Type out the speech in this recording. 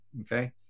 okay